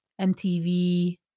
MTV